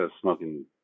smoking